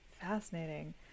Fascinating